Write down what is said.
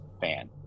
fan